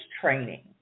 training